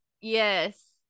Yes